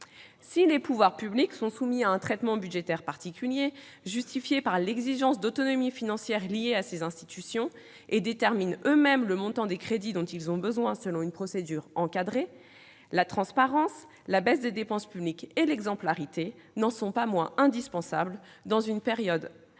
Si les pouvoirs publics sont soumis à un traitement budgétaire particulier, justifié par l'exigence d'autonomie financière liée à ces institutions, et déterminent eux-mêmes le montant des crédits dont ils ont besoin selon une procédure encadrée, la transparence, la baisse des dépenses publiques et l'exemplarité n'en sont pas moins indispensables, dans une période où les